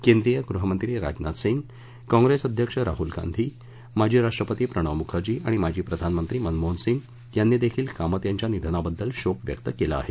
केंद्रीय गृहमंत्री राजनाथ सिंग काँप्रेस अध्यक्ष राहूल गांधी माजी राष्ट्रपती प्रणव मुखर्जी आणि माजी प्रधानमंत्री मनमोहन सिंग यांनी देखील कामत यांच्या निधनाबद्दल शोक व्यक्त केला आहे